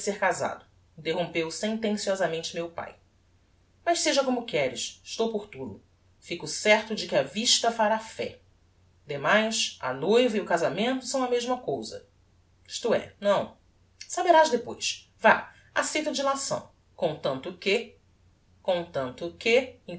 casado interrompeu sentenciosamente meu pae mas seja como queres estou por tudo fico certo de que a vista fará fé demais a noiva e o casamento são a mesma cousa isto é não saberás depois vá aceito a dilação comtanto que comtanto que